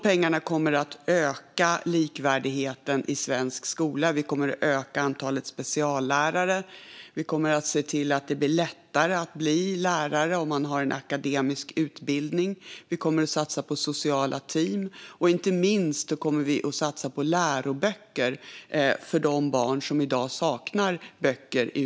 Pengarna kommer att öka likvärdigheten i svensk skola. Vi kommer att öka antalet speciallärare. Vi kommer att se till att det blir lättare att bli lärare om man har en akademisk utbildning. Vi kommer att satsa på sociala team. Vi kommer inte minst att satsa på läroböcker för de barn som i dag saknar böcker.